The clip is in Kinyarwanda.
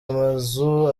amazu